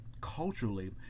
culturally